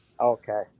Okay